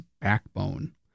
backbone